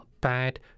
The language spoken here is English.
bad